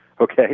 Okay